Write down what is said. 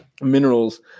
minerals